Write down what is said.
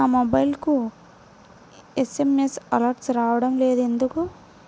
నా మొబైల్కు SMS alerts రావడం లేదు ఎందుకు?